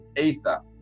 ether